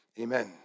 Amen